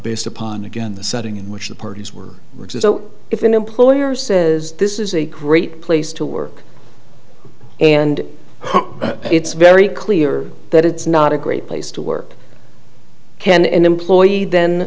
based upon again the setting in which the parties were which is so if an employer says this is a great place to work and it's very clear that it's not a great place to work and employee then